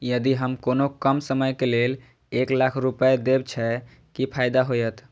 यदि हम कोनो कम समय के लेल एक लाख रुपए देब छै कि फायदा होयत?